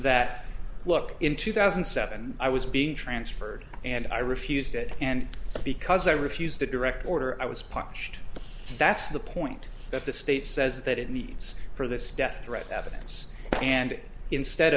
that look in two thousand and seven i was being transferred and i refused it and because i refused a direct order i was punished that's the point that the state says that it needs for this death threat evidence and instead